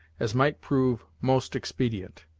as might prove most expedient.